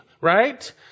right